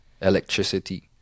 electricity